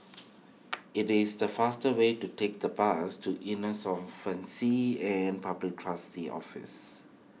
it is the faster way to take the bus to and Public Trustee's Office